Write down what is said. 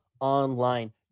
online